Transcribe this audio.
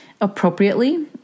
appropriately